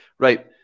Right